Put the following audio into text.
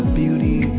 beauty